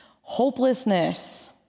Hopelessness